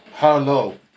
Hello